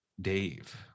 Dave